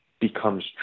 becomes